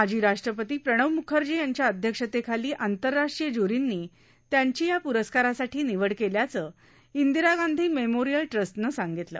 माजी राष्ट्रपती प्रणव मुखर्जी यांच्या अध्यक्षतेखाली आंतरराष्ट्रीय ज्य्रींनी त्यांची प्रस्कारासाठी निवड केल्याचं इंदिरा गांधी मेमोरियल ट्रस्टनं सांगितलं